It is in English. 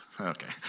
Okay